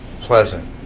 pleasant